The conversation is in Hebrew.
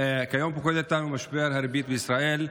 כיום פוקד אותנו משבר הריבית בישראל,